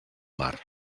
mar